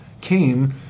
came